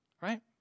right